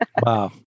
Wow